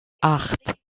acht